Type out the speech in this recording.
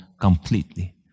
completely